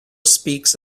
speaks